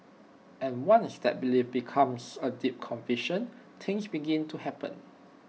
and once that belief becomes A deep conviction things begin to happen